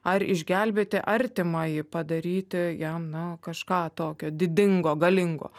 ar išgelbėti artimąjį padaryti jam na kažką tokio didingo galingo